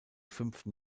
fünften